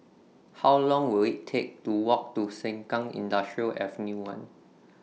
How Long Will IT Take to Walk to Sengkang Industrial Ave one